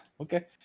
Okay